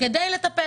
כדי לטפל.